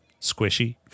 squishy